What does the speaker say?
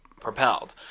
propelled